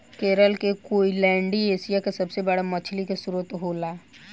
केरल के कोईलैण्डी एशिया के सबसे बड़ा मछली के स्त्रोत होला